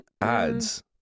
ads